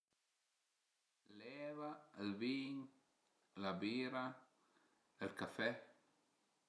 L'eva, ël vin, la bira, ël café